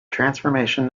transformation